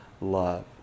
love